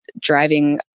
driving